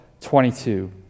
22